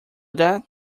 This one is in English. that